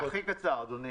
אדוני.